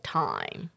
time